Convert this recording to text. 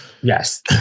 Yes